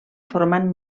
formant